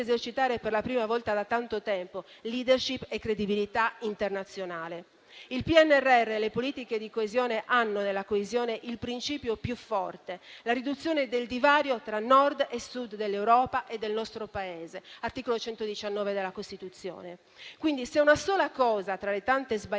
per la prima volta da tanto tempo *leadership* e credibilità internazionale. Il PNRR e le politiche di coesione hanno nella coesione il principio più forte: la riduzione del divario tra Nord e Sud dell'Europa e del nostro Paese (articolo 119 della Costituzione). Se una sola cosa, tra le tante sbagliate,